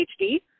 PhD